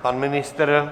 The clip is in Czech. Pan ministr?